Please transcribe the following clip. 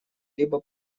либо